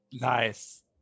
Nice